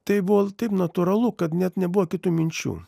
tai buvo taip natūralu kad net nebuvo kitų minčių